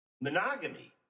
monogamy